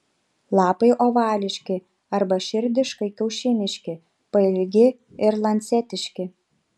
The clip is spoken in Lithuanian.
lapai ovališki arba širdiškai kiaušiniški pailgi ir lancetiški